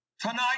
Tonight